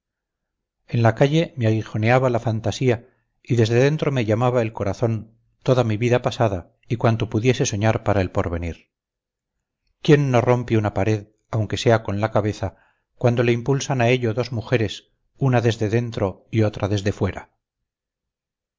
en la calle me aguijoneaba la fantasía y desde dentro me llamaba el corazón toda mi vida pasada y cuanto pudiese soñar para el porvenir quién no rompe una pared aunque sea con la cabeza cuando le impulsan a ello dos mujeres una desde dentro y otra desde fuera